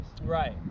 Right